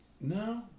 no